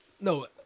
No